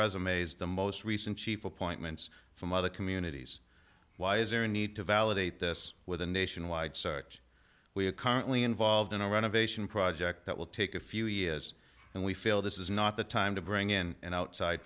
resumes the most recent chief appointments from other communities why is there a need to validate this with a nationwide search we are currently involved in a renovation project that will take a few years and we feel this is not the time to bring in an outside